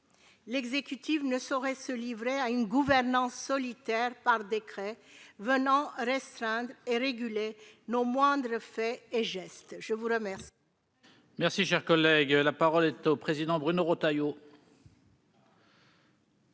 L'exécutif ne saurait se livrer à une gouvernance solitaire par décrets, venant restreindre et réguler nos moindres faits et gestes. Très bien